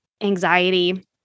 anxiety